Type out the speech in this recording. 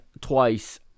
twice